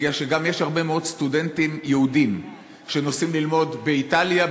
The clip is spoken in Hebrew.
כי יש גם הרבה מאוד סטודנטים יהודים שנוסעים ללמוד באיטליה,